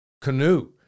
canoe